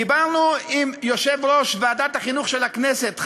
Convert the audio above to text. דיברנו עם יושב-ראש ועדת החינוך של הכנסת,